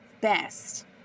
best